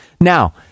Now